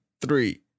three